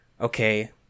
okay